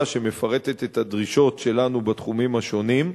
שמפרטת את הדרישות שלנו בתחומים השונים,